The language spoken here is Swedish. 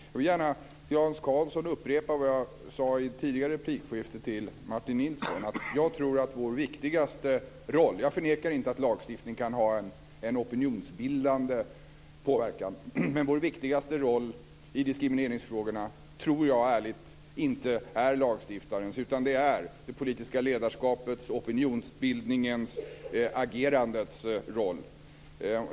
Jag vill gärna till Hans Karlsson upprepa vad jag sade i ett tidigare replikskifte till Martin Nilsson. Jag förnekar inte att lagstiftning kan ha en opinionsbildande påverkan, men vår viktigaste roll i diskrimineringsfrågorna tror jag ärligt talat inte är lagstiftarens, utan det är det politiska ledarskapets, opinionsbildningens och agerandets roll.